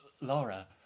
Laura